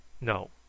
No